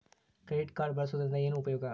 Credit card ಬಳಸುವದರಿಂದ ಏನು ಉಪಯೋಗ?